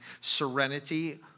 serenity